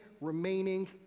remaining